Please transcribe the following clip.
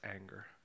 anger